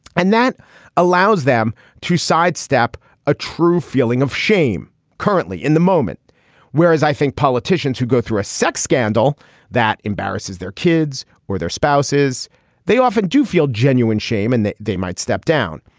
and that allows them to sidestep a true feeling of shame currently in the moment whereas i think politicians who go through a sex scandal that embarrasses their kids or their spouses they often do feel genuine shame and they they might step down.